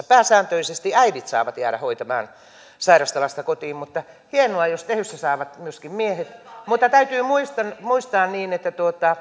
pääsääntöisesti äidit saavat jäädä hoitamaan sairasta lasta kotiin mutta hienoa jos tehyssä saavat myöskin miehet mutta täytyy muistaa niin että